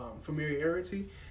familiarity